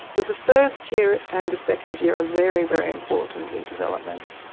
because the first year and the second year are very, very important in development.